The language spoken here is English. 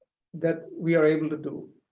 that we are able to do